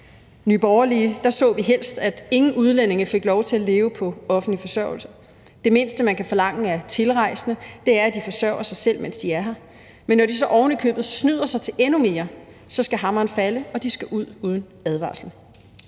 Nye Borgerlige så vi helst, at ingen udlændinge fik lov til at leve på offentlig forsørgelse. Det mindste, man kan forlange af tilrejsende, er, at de forsørger sig selv, mens de er her, men når de så ovenikøbet snyder sig til endnu mere, skal hammeren falde og de skal ud uden advarsel.